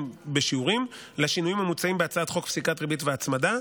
בשיעורים לשינויים המוצעים בהצעת חוק פסיקת ריבית והצמדה.